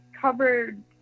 covered